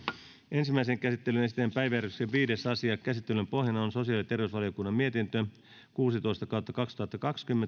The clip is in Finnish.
ensimmäiseen käsittelyyn esitellään päiväjärjestyksen viides asia käsittelyn pohjana on sosiaali ja terveysvaliokunnan mietintö kuusitoista